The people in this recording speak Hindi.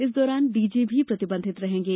इस दौरान डीजे भी प्रतिबंधित रहेंगे